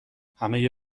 همه